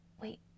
Wait